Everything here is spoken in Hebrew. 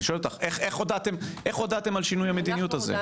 איך הודעתם על שינוי המדיניות הזה?